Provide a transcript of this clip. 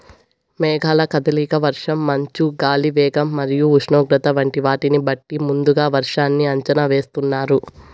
మేఘాల కదలిక, వర్షం, మంచు, గాలి వేగం మరియు ఉష్ణోగ్రత వంటి వాటిని బట్టి ముందుగా వర్షాన్ని అంచనా వేస్తున్నారు